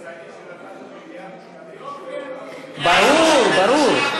תצייני שהוא, מיליארד שקלים, לא הוגן, ברור, ברור.